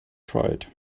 tried